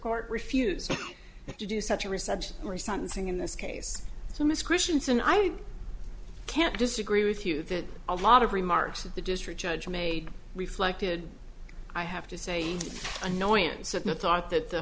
court refused to do such a reception or something in this case so miss christiansen i can't disagree with you that a lot of remarks of the district judge made reflected i have to say annoyance at the thought that the